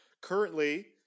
Currently